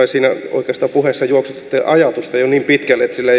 oikeastaan juoksutitte ajatusta jo niin pitkälle että sillä